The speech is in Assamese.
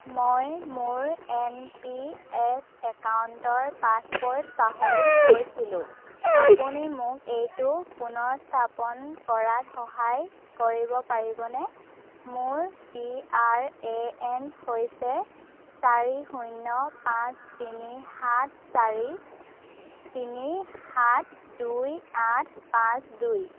মই মোৰ এন পি এছ একাউণ্টৰ পাছৱৰ্ড পাহৰি গৈছিলোঁ আপুনি মোক এইটো পুনৰ স্থাপন কৰাত সহায় কৰিব পাৰিবনে মোৰ পি আৰ এ এন হৈছে চাৰি শূন্য় পাঁচ তিনি সাত চাৰি তিনি সাত দুই আঠ পাঁচ দুই